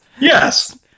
Yes